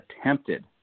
attempted